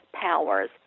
powers